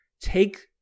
take